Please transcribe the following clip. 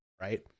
right